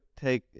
take